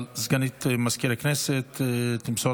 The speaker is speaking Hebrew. סגנית מזכיר הכנסת תמסור